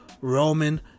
Roman